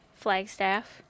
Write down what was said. Flagstaff